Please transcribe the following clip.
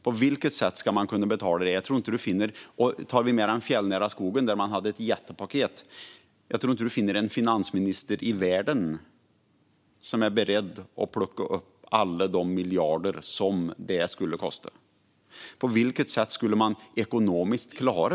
På vilket sätt ska man kunna betala det? Man hade även ett jättepaket där den fjällnära skogen ingick. Jag tror inte att det finns en finansminister i världen som är beredd att plocka fram alla de miljarder som detta skulle kosta. Hur skulle man klara det ekonomiskt?